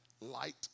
light